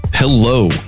Hello